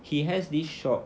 he has this shop